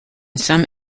some